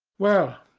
well,